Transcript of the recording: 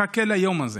אני מחכה ליום הזה,